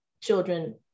children